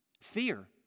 Fear